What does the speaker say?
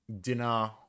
dinner